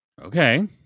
Okay